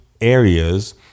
areas